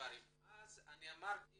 אמרתי